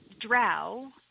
Drow